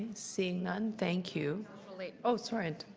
seeing none, thank you. oh, sorry.